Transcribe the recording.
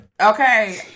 Okay